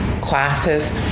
classes